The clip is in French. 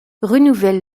renouvelle